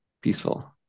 peaceful